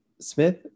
smith